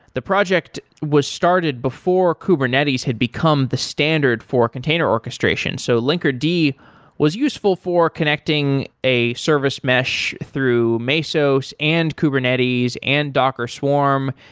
the project was started before kubernetes had become the standard for a container orchestration. so linkerd was useful for connecting a service mesh through mesos and kubernetes and docker swarm.